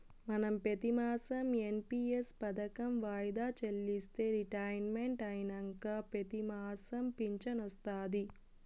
మనం పెతిమాసం ఎన్.పి.ఎస్ పదకం వాయిదా చెల్లిస్తే రిటైర్మెంట్ అయినంక పెతిమాసం ఫించనొస్తాది